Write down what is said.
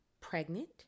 pregnant